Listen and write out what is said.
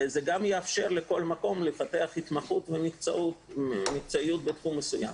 זה גם יאפשר לכל מקום לפתח התמחות ומקצועיות בתחום מסוים.